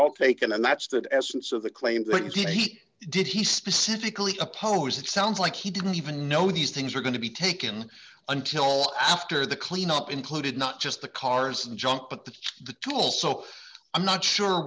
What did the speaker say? all taken and that's the essence of the claim things he did he specifically opposed it sounds like he didn't even know these things are going to be taken until after the cleanup included not just the cars and junk but the the toll so i'm not sure